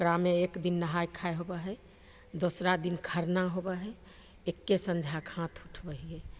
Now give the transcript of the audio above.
ओकरामे एकदिन नहाइ खाइ होबै हइ दोसरा दिन खरना होबै हइ एक्के सँझाके हाथ उठबै हिए